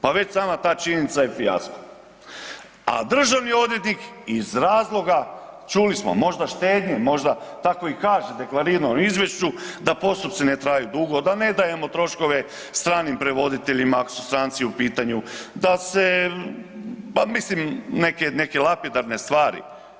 Pa već sama ta činjenica je fijasko, a državni odvjetnik iz razloga, čuli smo možda štednje, možda, tako i kaže u deklariranom izvješću, da postupci ne traju dugo, da ne dajemo troškove stranim prevoditeljima ako su stranci u pitanju, da se pa mislim neke, neke lapidarne stvari.